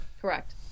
Correct